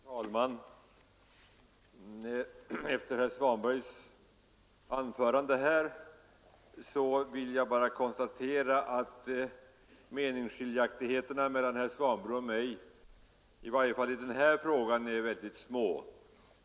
Herr talman! Efter herr Svanbergs anförande konstaterar jag att meningsskiljaktigheterna mellan herr Svanberg och mig i denna fråga är små.